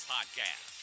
Podcast